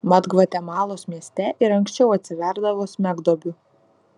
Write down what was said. mat gvatemalos mieste ir anksčiau atsiverdavo smegduobių